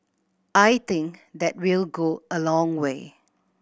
I think that will go a long way